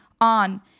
on